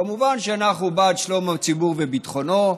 כמובן, אנחנו בעד שלום הציבור וביטחונו.